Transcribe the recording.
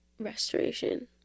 restoration